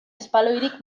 espaloirik